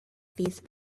these